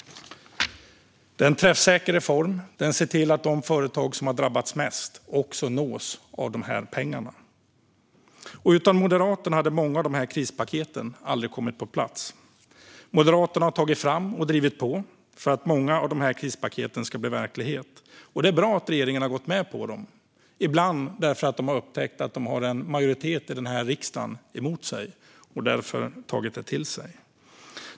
Det är en träffsäker reform, och den ser till att de företag som har drabbats mest också nås av dessa pengar. Utan Moderaterna hade många av dessa krispaket aldrig kommit på plats. Moderaterna har tagit fram och drivit på för att många av dessa krispaket ska bli verklighet. Det är bra att regeringen har gått med på dem. Ibland har man gjort det för att man har upptäckt att man har en majoritet i denna riksdag mot sig och därför tagit det till sig.